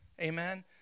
Amen